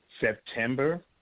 September